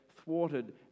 thwarted